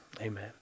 Amen